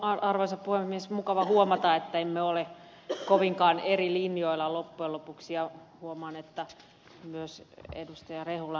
on mukava huomata että emme ole kovinkaan eri linjoilla loppujen lopuksi ja huomaan myös ed